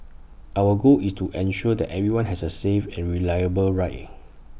our goal is to ensure that everyone has A safe and reliable ride